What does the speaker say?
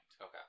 Okay